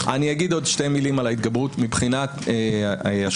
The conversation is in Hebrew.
עוד שתי מילים על ההתגברות מבחינה השוואתית.